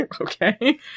Okay